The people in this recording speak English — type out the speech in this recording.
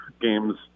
games